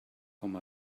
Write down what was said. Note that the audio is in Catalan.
com